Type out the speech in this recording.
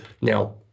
now